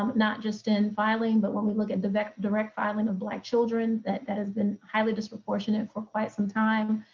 um not just in filing, but when we look at the direct filing of black children that that has been highly disproportionate for quite some time,